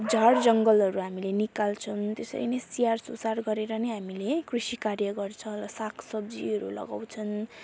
झार जङ्गलहरू हामीले निकाल्छौँ त्यसरी नै स्याहार सुसार गरेर नै हामीले कृषि कार्य गर्छ साग सब्जीहरू लगाउँछन्